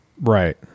right